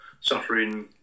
suffering